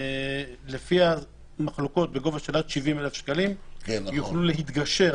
לפיה מחלוקות בגובה של עד 70,000 שקלים יוכלו להתגשר